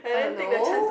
uh no